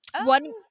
One